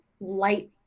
light